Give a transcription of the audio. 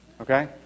Okay